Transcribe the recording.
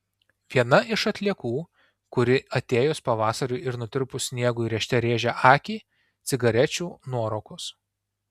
viena iš atliekų kuri atėjus pavasariui ir nutirpus sniegui rėžte rėžia akį cigarečių nuorūkos